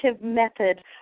method